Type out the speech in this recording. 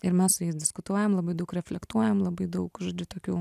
ir mes su jais diskutuojam labai daug reflektuojam labai daug žodžiu tokių